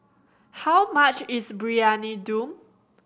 how much is Briyani Dum